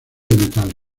metal